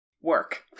work